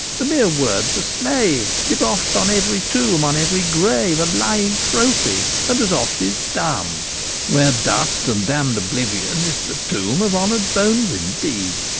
the mere word's a slave, debauch'd on every tomb, on every grave a lying trophy and as oft is dumb where dust and damn'd oblivion is the tomb of honour'd bones indeed.